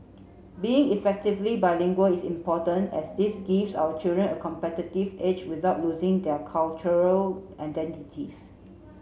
being effectively bilingual is important as this gives our children a competitive edge without losing their cultural identities